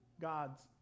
God's